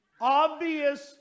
Obvious